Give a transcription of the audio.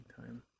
time